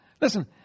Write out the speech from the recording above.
Listen